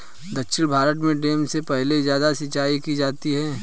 दक्षिण भारत में डैम से सबसे ज्यादा सिंचाई की जाती है